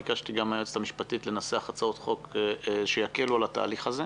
ביקשתי גם מהיועצת המשפטית לנסח הצעות חוק שיקלו על התהליך הזה.